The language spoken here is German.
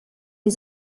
die